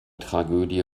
tragödie